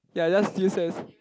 ya just use as